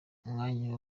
umwanya